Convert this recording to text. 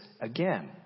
again